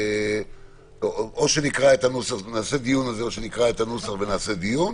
חוק המסגרת